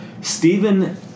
Stephen